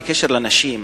בקשר לנשים,